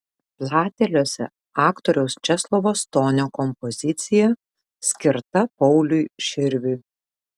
plateliuose aktoriaus česlovo stonio kompozicija skirta pauliui širviui